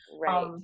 Right